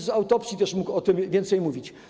Z autopsji też mógłbym o tym więcej mówić.